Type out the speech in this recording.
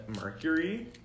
Mercury